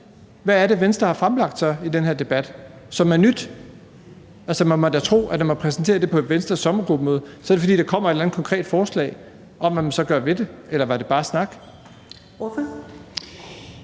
Hvad er det, Venstre har fremsat i den her debat, som er nyt? Vi må da tro, at når man præsenterer det på et sommergruppemøde i Venstre, så er det, fordi der kommer et eller andet konkret forslag om, hvad man så gør ved det – eller var det bare snak?